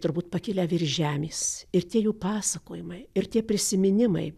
turbūt pakilę virš žemės ir tie jų pasakojimai ir tie prisiminimai